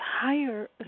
higher